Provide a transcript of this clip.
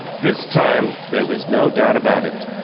this time there was no doubt about it.